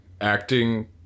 acting